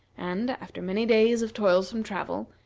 and, after many days of toilsome travel,